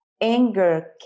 Anger